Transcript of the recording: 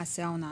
ליכוד וציונות